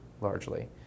largely